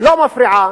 לא מפריעה